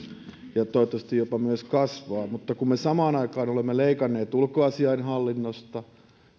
ja toivottavasti jopa myös kasvaa mutta kun me samaan aikaan olemme leikanneet ulkoasiainhallinnosta